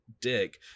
Dig